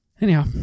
Anyhow